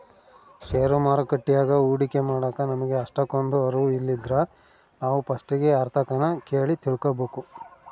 ಷೇರು ಮಾರುಕಟ್ಯಾಗ ಹೂಡಿಕೆ ಮಾಡಾಕ ನಮಿಗೆ ಅಷ್ಟಕೊಂದು ಅರುವು ಇಲ್ಲಿದ್ರ ನಾವು ಪಸ್ಟಿಗೆ ಯಾರ್ತಕನ ಕೇಳಿ ತಿಳ್ಕಬಕು